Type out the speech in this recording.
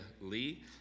Lee